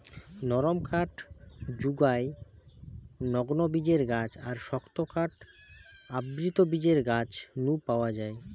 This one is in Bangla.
নরম কাঠ জুগায় নগ্নবীজের গাছ আর শক্ত কাঠ আবৃতবীজের গাছ নু পাওয়া যায়